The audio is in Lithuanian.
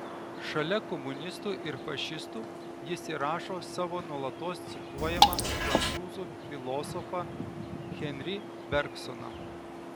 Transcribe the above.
šalia komunistų ir fašistų jis įrašo savo nuolatos cituojamą prancūzų filosofą henri bergsoną